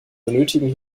benötigen